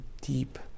deep